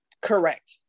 Correct